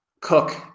Cook